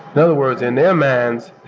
in other words, in their minds,